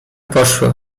poszło